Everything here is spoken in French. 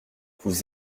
vous